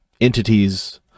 entities